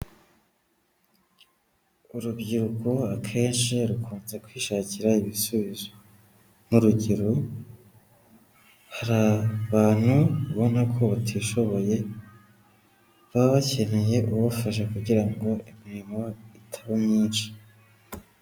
Urubyiruko akenshi rukunze kwishakira ibisubizo. Nk'urugero hari abantu ubona ko batishoboye, baba bakeneye ubafasha kugira ngo imirimo itaba myinshi.